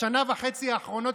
בשנה וחצי האחרונות,